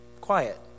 Quiet